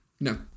No